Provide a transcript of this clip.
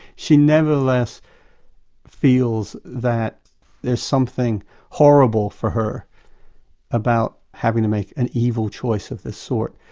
she nevertheless feels that there is something horrible for her about having to make an evil choice of this sort.